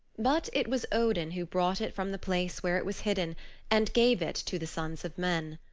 but it was odin who brought it from the place where it was hidden and gave it to the sons of men.